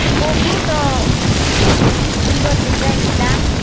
ବହୁତ ସୁନ୍ଦର ଡିଜାଇନ୍ ଥିଲା